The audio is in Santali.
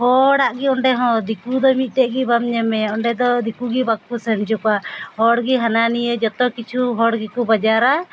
ᱦᱚᱲᱟᱜ ᱜᱮ ᱚᱸᱰᱮ ᱦᱚᱸ ᱫᱤᱠᱩ ᱫᱚ ᱢᱤᱫᱴᱮᱱ ᱜᱮ ᱵᱟᱢ ᱧᱟᱢᱮᱭᱟ ᱚᱸᱰᱮ ᱫᱚ ᱫᱤᱠᱩ ᱜᱮ ᱵᱟᱠᱚ ᱥᱮᱱ ᱚᱪᱚᱣ ᱠᱚᱣᱟ ᱦᱚᱲ ᱜᱮ ᱦᱟᱱᱟ ᱱᱤᱭᱟᱹ ᱡᱚᱛᱚ ᱠᱤᱪᱷᱩ ᱦᱚᱲ ᱜᱮᱠᱚ ᱵᱟᱡᱟᱨᱟ